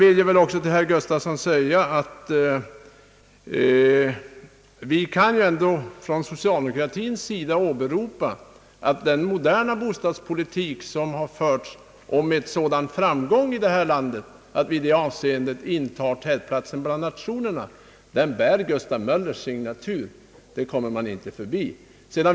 Till herr Gustafsson vill jag vidare säga att vi från socialdemokratisk sida dock kan åberopa att den moderna bostadspolitik, som har förts med sådan framgång i vårt land att vi i detta hänseende intar en tätplats bland nationer, bär Gustav Möllers signatur; det kan man inte komma förbi.